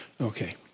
Okay